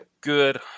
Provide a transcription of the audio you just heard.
Good